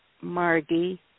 margie